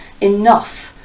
enough